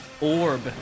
orb